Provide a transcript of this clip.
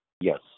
Yes